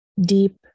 deep